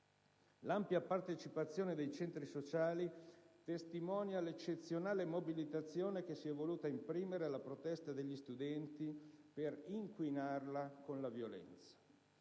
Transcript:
L'ampia partecipazione dei centri sociali testimonia l'eccezionale mobilitazione che si è voluta imprimere alla protesta degli studenti per inquinarla con la violenza.